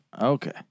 Okay